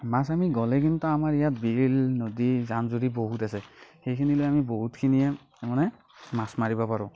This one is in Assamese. মাছ আমি গ'লে কিন্তু আমাৰ ইয়াত বিল নদী জান জুৰি বহুত আছে সেইখিনি লৈ আমি বহুতখিনিয়ে মানে মাছ মাৰিব পাৰোঁ